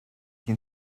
can